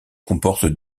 comporte